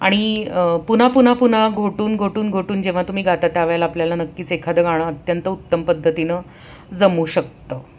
आणि पुन्हा पुन्हा पुन्हा घोटून घोटून घोटून जेव्हा तुम्ही गाता त्या वेळेला आपल्याला नक्कीच एखादं गाणं अत्यंत उत्तम पद्धतीनं जमू शकतं